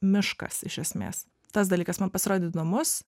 miškas iš esmės tas dalykas man pasirodė įdomus